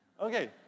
Okay